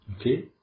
Okay